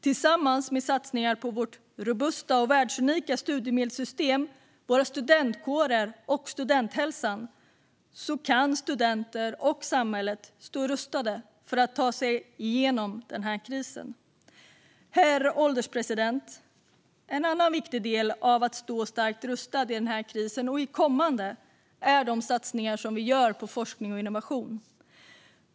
Tillsammans med satsningar på vårt robusta och världsunika studiemedelssystem, studentkårerna och studenthälsan kan studenter och samhället stå rustade för att ta sig igenom krisen. Herr ålderspresident! En annan viktig del i att stå starkt rustad i krisen, och i kommande kriser, är de satsningar som vi gör på forskning och innovation.